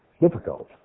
Difficult